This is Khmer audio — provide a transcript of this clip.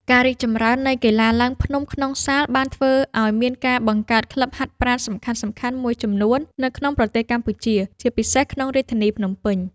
ការរីកចម្រើននៃកីឡាឡើងភ្នំក្នុងសាលបានធ្វើឱ្យមានការបង្កើតក្លឹបហាត់ប្រាណសំខាន់ៗមួយចំនួននៅក្នុងប្រទេសកម្ពុជា ជាពិសេសក្នុងរាជធានីភ្នំពេញ។